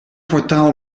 kwartaal